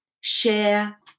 share